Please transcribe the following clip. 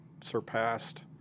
surpassed